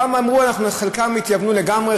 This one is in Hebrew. חלקם התייוונו לגמרי,